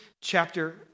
chapter